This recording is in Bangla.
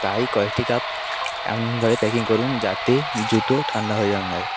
তাই কয়েকটি কাপ এমনভাবে প্যাকিং করুন যাতে জুতো ঠাণ্ডা হয়ে যেন না হয়